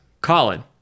Colin